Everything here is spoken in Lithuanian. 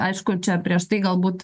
aišku čia prieš tai galbūt